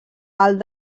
alt